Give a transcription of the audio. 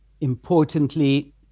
Importantly